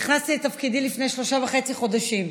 נכנסתי לתפקידי לפני שלושה וחצי חודשים,